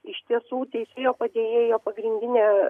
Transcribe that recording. iš tiesų teisėjo padėjėjo pagrindinė